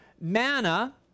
manna